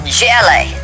jelly